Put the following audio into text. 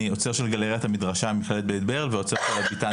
אני אוצר של גלריית "המדרשה" במכללת בית ברל ואוצר של הביתן